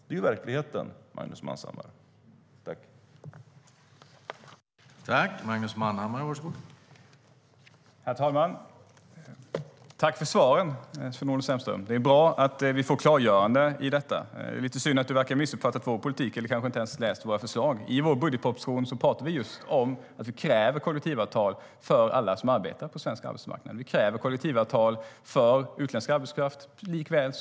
Det är verkligheten, Magnus Manhammar.